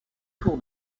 tour